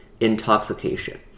intoxication